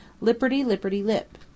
lipperty-lipperty-lip